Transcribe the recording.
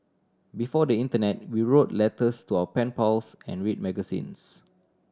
before the internet we wrote letters to our pen pals and read magazines